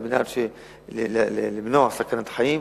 על מנת למנוע סכנת חיים,